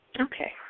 Okay